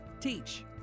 Teach